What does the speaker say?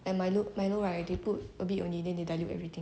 and milo milo right they put a bit only and they dilute everything